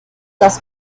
das